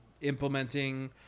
implementing